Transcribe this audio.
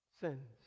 Sins